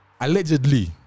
allegedly